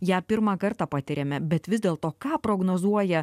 ją pirmą kartą patiriame bet vis dėlto ką prognozuoja